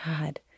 God